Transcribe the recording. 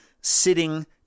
sitting